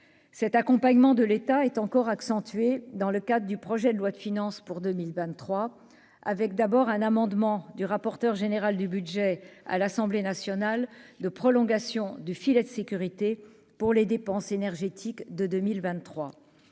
Cet accompagnement de l'État est encore accentuée dans le cadre du projet de loi de finances pour 2023 avec d'abord un amendement du rapporteur général du budget à l'Assemblée nationale de prolongation du filet de sécurité pour les dépenses énergétiques de 2023